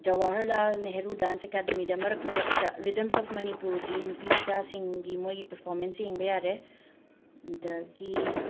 Jawaharlal Nehru dance ꯑꯦꯀꯥꯗꯃꯤꯗ ꯃꯔꯛ ꯃꯔꯛꯇ ꯔꯤꯗꯝꯁ ꯑꯣꯐ ꯃꯅꯤꯄꯨꯔꯒꯤ ꯅꯨꯄꯤꯃꯆꯥꯁꯤꯡꯒꯤ ꯃꯣꯏꯒꯤ ꯄꯔꯐꯣꯔꯃꯦꯟꯁ ꯌꯦꯡꯕ ꯌꯥꯔꯦ ꯑꯗꯒꯤ